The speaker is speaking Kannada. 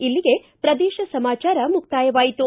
ಇಲ್ಲಿಗೆ ಪ್ರದೇಶ ಸಮಾಚಾರ ಮುಕ್ತಾಯವಾಯಿತು